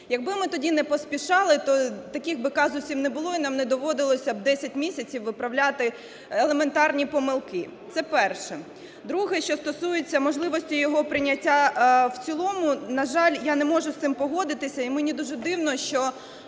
Якби ми тоді не поспішали, таких би казусів не було і нам не доводилося б 10 місяців виправляти елементарні помилки. Це перше. Друге, що стосується можливості його прийняття в цілому. На жаль, я не можу з цим погодитися і мені дуже дивно, що